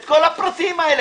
את כל הפרטים האלה.